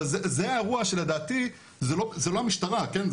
אבל זה האירוע שלדעתי, זה לא המשטרה, כן?